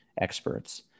experts